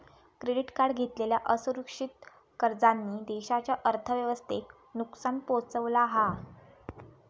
credit card घेतलेल्या असुरक्षित कर्जांनी देशाच्या अर्थव्यवस्थेक नुकसान पोहचवला हा